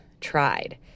tried